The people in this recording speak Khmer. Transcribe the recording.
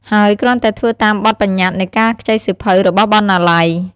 ហើយគ្រាន់តែធ្វើតាមបទប្បញ្ញត្តិនៃការខ្ចីសៀវភៅរបស់បណ្ណាល័យ។